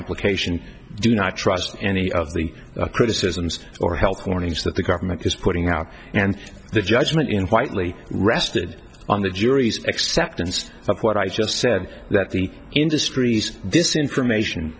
implication do not trust any of the criticisms or health warnings that the government is putting out and the judgement in whitely rested on the jury's acceptance of what i just said that the industries this information